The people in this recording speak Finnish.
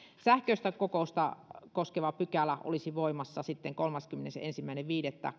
sähköistä kokousta koskeva pykälä olisi voimassa sitten kolmaskymmenesensimmäinen viidettä